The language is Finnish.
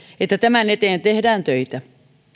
että tämän eteen tehdään töitä